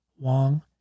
Wong